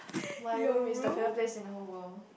my room is the favourite place in the whole world